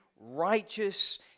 righteous